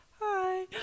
Hi